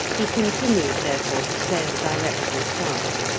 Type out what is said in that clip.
he continued, therefore, to sail directly south.